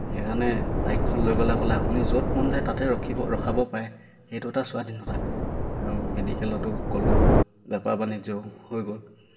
সেইকাৰণে বাইকখন লৈ গ'লে গ'লে আপুনি য'ত মন যায় তাতে ৰখিব ৰখাব পাৰে সেইটো এটা স্বাধীনতা আৰু মেডিকেলতো ক'লোৱে বেপাৰ বাণিজ্য হৈ গ'ল